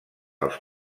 els